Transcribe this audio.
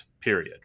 Period